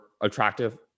attractive